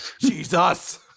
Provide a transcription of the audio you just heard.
Jesus